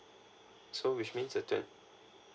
so which means certain